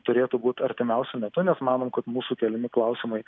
turėtų būt artimiausiu metu nes manom kad mūsų keliami klausimai